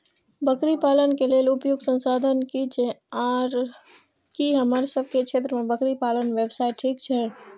बकरी पालन के लेल उपयुक्त संसाधन की छै आर की हमर सब के क्षेत्र में बकरी पालन व्यवसाय ठीक छै?